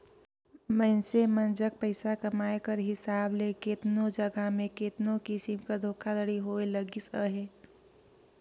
मइनसे मन जग पइसा कमाए कर हिसाब ले केतनो जगहा में केतनो किसिम कर धोखाघड़ी होए लगिस अहे